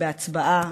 בהצבעה,